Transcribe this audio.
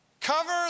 Cover